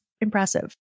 impressive